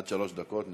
עד שלוש דקות.